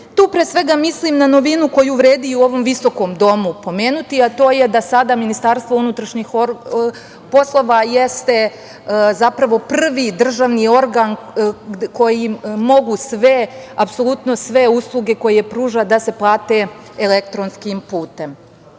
Tu pre svega mislim na novinu koja vredi u ovom Visokom domu pomenuti a to je da sada MUP jeste zapravo prvi državni organ kojim mogu sve, apsolutno sve usluge koje pruža da se plate elektronskim putem.